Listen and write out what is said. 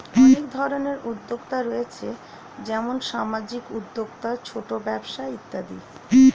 অনেক ধরনের উদ্যোক্তা রয়েছে যেমন সামাজিক উদ্যোক্তা, ছোট ব্যবসা ইত্যাদি